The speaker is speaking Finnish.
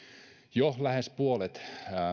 jo lähes puolet